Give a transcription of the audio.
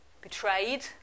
betrayed